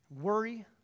worry